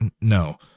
No